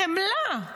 חמלה.